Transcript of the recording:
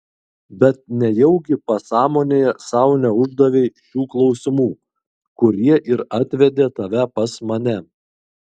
bet nejaugi pasąmonėje sau neuždavei šių klausimų kurie ir atvedė tave pas mane